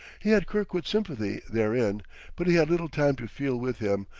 he had kirkwood's sympathy, therein but he had little time to feel with him,